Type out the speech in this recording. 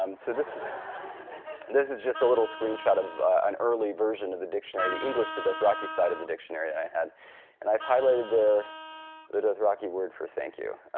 um so this is this is just a little screen shot of an early version of the dictionary the english to dothraki side of the dictionary that i had and i've highlighted there the dothraki word for thank you.